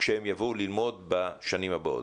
כשהם יבואו ללמוד בשנים הבאות,